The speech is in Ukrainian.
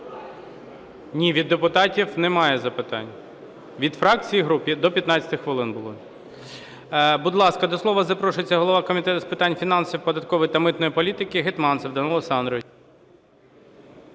Ні, від депутатів немає запитань. Від фракцій і груп – до 15 хвилин було.